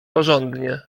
porządnie